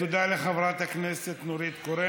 תודה לחברת הכנסת נורית קורן.